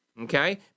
Okay